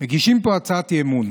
מגישים פה הצעת אי-אמון,